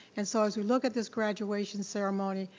and so as you look at this graduation ceremony,